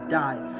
die